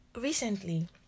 recently